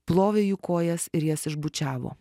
plovė jų kojas ir jas išbučiavo